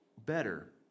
Better